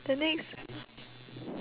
the next